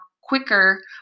quicker